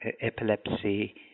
epilepsy